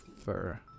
fur